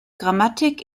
grammatik